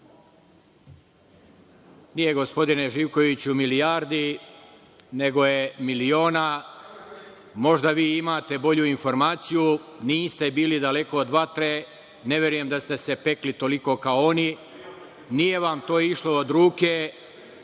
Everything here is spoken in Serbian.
gospodine Živkoviću milijardi, nego je miliona. Možda vi imate bolju informaciju, niste bili daleko od vatre, ne verujem da ste se pekli toliko kao oni. Nije vam to išlo od ruke,